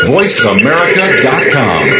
VoiceAmerica.com